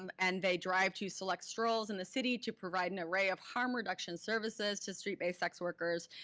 um and they drive to select strolls in the city to provide an array of harm reduction services to street-based sex workers.